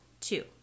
Two